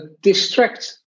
distract